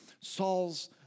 Saul's